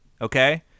Okay